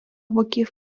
боків